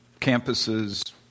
campuses